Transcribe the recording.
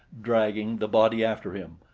dragging the body after him,